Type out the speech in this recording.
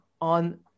on